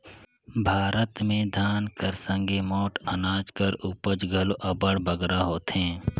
भारत में धान कर संघे मोट अनाज कर उपज घलो अब्बड़ बगरा होथे